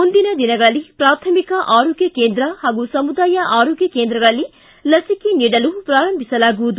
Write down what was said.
ಮುಂದಿನ ದಿನಗಳಲ್ಲಿ ಪ್ರಾಥಮಿಕ ಆರೋಗ್ಯ ಕೇಂದ್ರ ಹಾಗೂ ಸಮುದಾಯ ಆರೋಗ್ಯ ಕೇಂದ್ರಗಳಲ್ಲಿ ಲಸಿಕೆ ನೀಡಲು ಪ್ರಾರಂಭಿಸಲಾಗುವುದು